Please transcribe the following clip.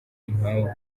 impamvu